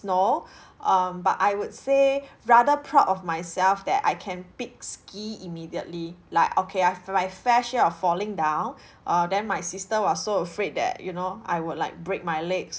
snow um but I would say rather proud of myself that I can pick ski immediately like okay I've my fair share of falling down uh then my sister was so afraid that you know I would like break my legs